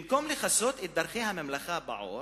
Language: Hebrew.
במקום לכסות את דרכי הממלכה בעור,